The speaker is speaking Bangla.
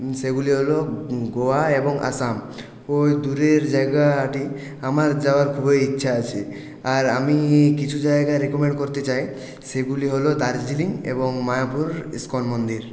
সেগুলি হল গোয়া এবং আসাম ওই দূরের জায়গাটি আমার যাওয়ার খুবই ইচ্ছা আছে আর আমি কিছু জায়গা রেকমেন্ড করতে চাই সেগুলি হল দার্জিলিং এবং মায়াপুর ইস্কন মন্দির